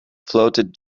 floated